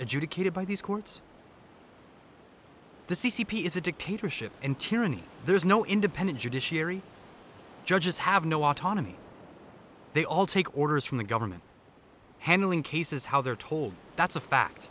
adjudicated by these courts the c c p is a dictatorship and tyranny there's no independent judiciary judges have no autonomy they all take orders from the government handling cases how they're told that's a fact